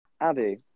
Abby